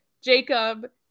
Jacob